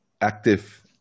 active